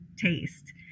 taste